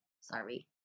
Sorry